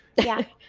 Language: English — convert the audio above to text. yeah.